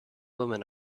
women